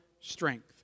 strength